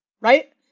right